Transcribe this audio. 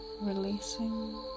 Releasing